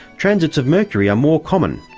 transits of mercury are more common,